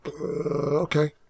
Okay